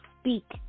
speak